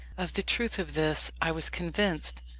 of the truth of this i was convinced,